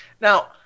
Now